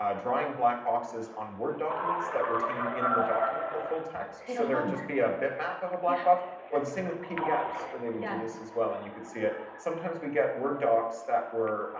um drawing black boxes on word documents that retained in the document the full text so there'd just be a bitmap of a black box or the same with pdfs where they would do and this as well. yeah. and you could see it. sometimes we'd get word docs that were,